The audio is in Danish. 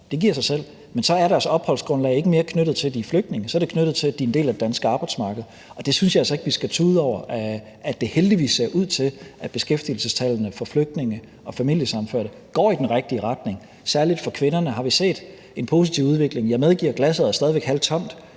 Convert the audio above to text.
det giver sig selv, men så er deres opholdsgrundlag ikke mere knyttet til, at de er flygtninge, så er det knyttet til, at de er en del af det danske arbejdsmarked. Og jeg synes altså ikke, at vi skal tude over, at det heldigvis ser ud til, at beskæftigelsestallene for flygtninge og familiesammenførte går i den rigtige retning. Særlig for kvinderne har vi set en positiv udvikling. Jeg medgiver, at glasset stadig væk